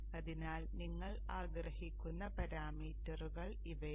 അതിനാൽ നിങ്ങൾ ആഗ്രഹിക്കുന്ന പാരാമീറ്ററുകൾ ഇവയാണ്